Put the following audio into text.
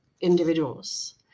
individuals